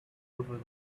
over